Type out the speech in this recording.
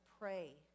pray